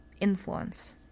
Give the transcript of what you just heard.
influence